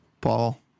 Paul